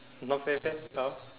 not fair meh how